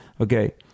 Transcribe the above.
Okay